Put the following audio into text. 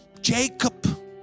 Jacob